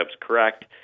correct